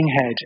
head